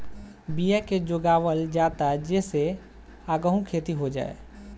बिया के जोगावल जाता जे से आगहु खेती हो जाए